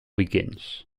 begins